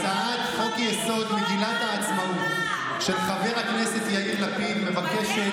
הצעת חוק-יסוד: מגילת העצמאות של חבר הכנסת יאיר לפיד מבקשת,